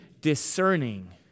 discerning